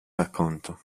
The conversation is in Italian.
racconto